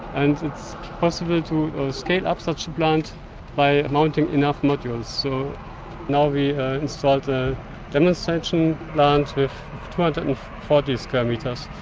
and it's possible to scale up such a plant by mounting enough modules. so now we installed a demonstration plant with two hundred and forty square metres,